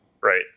right